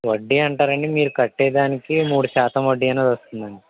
వడ్డీ అంటారండి మీరు కట్టే దానికి మూడు శాతం వడ్డీ అనేది వస్తుందండి